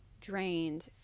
drained